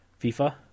fifa